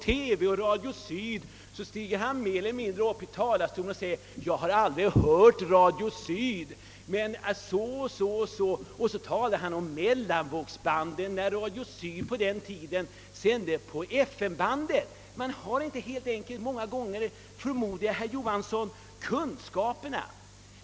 När herr Martinsson här i talarstolen en gång diskuterade radiooch TV frågorna, sade han att han aldrig hade lyssnat till Radio Syd, och han talade hela tiden om mellanvågsbandet, trots att Radio Syd på sin tid sände på FM bandet. Jag tror att man många gånger i dessa frågor, herr Johansson, inte har de kunskaper som behövs.